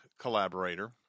collaborator